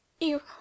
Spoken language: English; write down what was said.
You